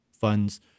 funds